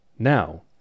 Now